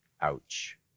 Ouch